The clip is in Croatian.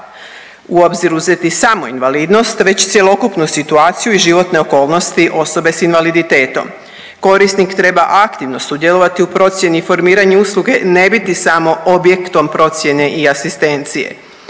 u obzir uzeti samo invalidnost već cjelokupnu situaciju i životne okolnosti osobe sa invaliditetom. Korisnik treba aktivno sudjelovati u procjeni i formiranju usluge, ne biti samo objektom procjene i asistencije.